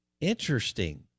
Interesting